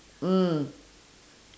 mm